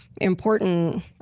important